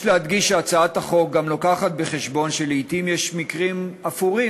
יש להדגיש שהצעת החוק גם מביאה בחשבון שלעתים יש מקרים אפורים,